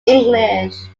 english